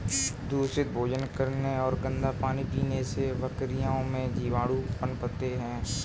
दूषित भोजन करने और गंदा पानी पीने से बकरियों में जीवाणु पनपते हैं